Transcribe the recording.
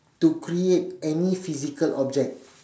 to create any physical object